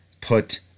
put